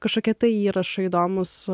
kažkokie tai įrašai įdomūs